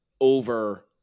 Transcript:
over